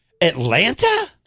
Atlanta